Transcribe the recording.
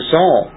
Saul